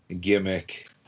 gimmick